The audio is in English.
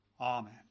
Amen